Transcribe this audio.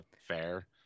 fair